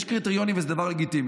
יש קריטריונים וזה דבר לגיטימי